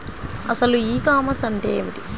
అసలు ఈ కామర్స్ అంటే ఏమిటి?